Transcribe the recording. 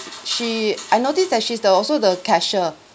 she I notice that she's the also the cashier